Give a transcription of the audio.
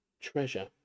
treasure